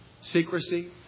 secrecy